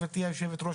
גברתי יושבת הראש,